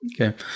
Okay